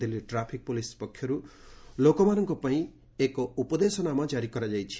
Delhi traffic police ପକ୍ଷରୁ ଲୋକମାନଙ୍କ ପାଇଁ ପାଇଁ ଏକ ଉପଦେଶନାମା ଜାରି କରାଯାଇଛି